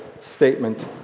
statement